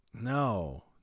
No